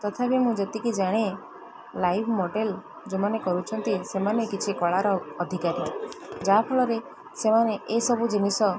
ତଥାପି ମୁଁ ଯେତିକି ଜାଣେ ଲାଇଭ୍ ମଡ଼େଲ୍ ଯେଉଁମାନେ କରୁଛନ୍ତି ସେମାନେ କିଛି କଳାର ଅଧିକାରୀ ଯାହାଫଳରେ ସେମାନେ ଏସବୁ ଜିନିଷ